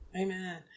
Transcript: Amen